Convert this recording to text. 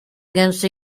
against